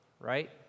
right